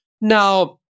Now